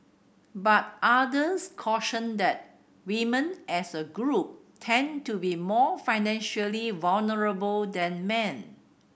but others cautioned that women as a group tend to be more financially vulnerable than men